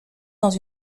dans